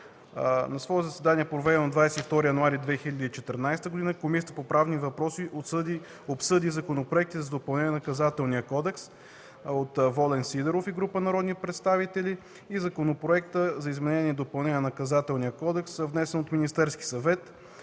На свое заседание, проведено на 22 януари 2014 г., Комисията по правни въпроси обсъди Законопроекта за допълнение на Наказателния кодекс от Волен Сидеров и група народни представители и Законопроекта за изменение и допълнение на Наказателния кодекс, внесен от Министерския съвет.